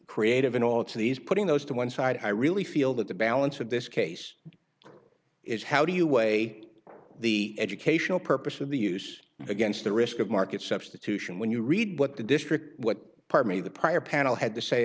creative in all of these putting those to one side i really feel that the balance of this case is how do you weigh the educational purpose of the use against the risk of market substitution when you read what the district what partly the prior panel had to say